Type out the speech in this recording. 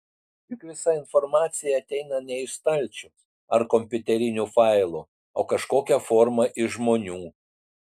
juk visa informacija ateina ne iš stalčių ar kompiuterinių failų o kažkokia forma iš žmonių